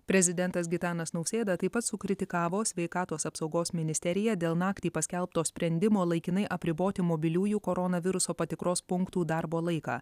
prezidentas gitanas nausėda taip pat sukritikavo sveikatos apsaugos ministeriją dėl naktį paskelbto sprendimo laikinai apriboti mobiliųjų koronaviruso patikros punktų darbo laiką